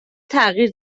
تغییر